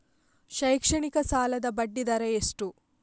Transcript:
ಶೈಕ್ಷಣಿಕ ಸಾಲದ ಬಡ್ಡಿ ದರ ಎಷ್ಟು?